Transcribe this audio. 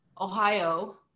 Ohio